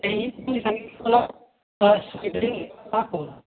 आणि तुम्ही सांगितलं मला पाच लिटर ताक हवं